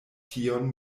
tion